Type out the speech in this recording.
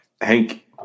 Hank